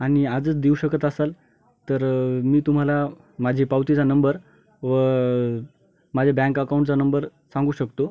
आणि आजच देऊ शकत असाल तर मी तुम्हाला माझे पावतीचा नंबर व माझ्या बँक अकाऊंटचा नंबर सांगू शकतो